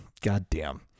goddamn